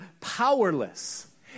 powerless